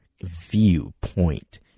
viewpoint